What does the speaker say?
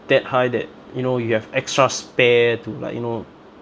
that high that you know you have extra spare to like you know